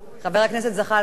חבר הכנסת זחאלקה,